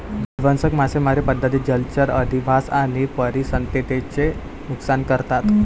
विध्वंसक मासेमारी पद्धती जलचर अधिवास आणि परिसंस्थेचे नुकसान करतात